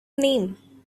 name